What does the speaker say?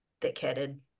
Thick-headed